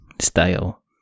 Style